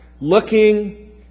Looking